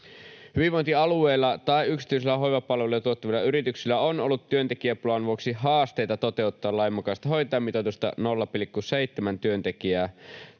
Hyvinvointialueilla tai yksityisillä hoivapalveluja tuottavilla yrityksillä on ollut työntekijäpulan vuoksi haasteita toteuttaa lain mukaista hoitajamitoitusta 0,7 työntekijää